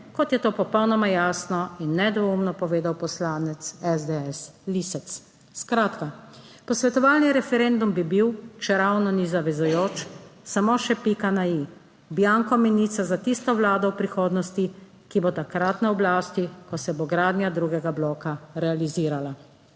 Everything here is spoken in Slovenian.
kot je to popolnoma jasno in nedvoumno povedal poslanec SDS Lisec. Skratka posvetovalni referendum bi bil, če ravno ni zavezujoč, samo še pika na i, bianco menica za tisto vlado v prihodnosti, ki bo takrat na oblasti, ko se bo gradnja drugega bloka realizirala.